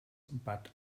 but